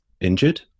injured